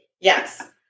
Yes